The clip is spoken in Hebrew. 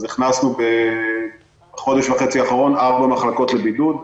אז הכנסנו בחודש וחצי האחרון ארבע מחלקות לבידוד.